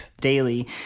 daily